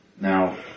Now